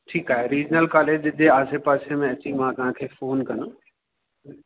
ठीकु आहे regional college जे आसे पासे में अची मां तव्हां खे फ़ोन कंदुमि